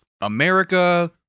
America